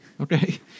Okay